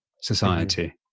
society